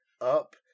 up